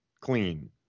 clean